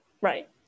right